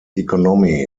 economy